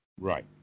Right